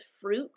fruit